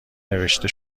نوشته